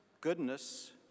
goodness